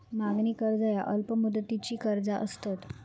मागणी कर्ज ह्या अल्प मुदतीची कर्जा असतत